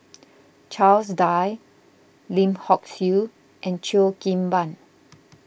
Charles Dyce Lim Hock Siew and Cheo Kim Ban